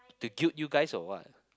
to guilt you guys or what